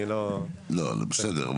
בסדר.